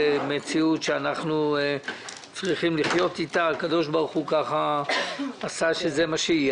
זו מציאות שאנחנו צריכים לחיות איתה הקב"ה ככה עשה שזה מה שיהיה,